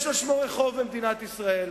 יש על שמו רחוב במדינת ישראל.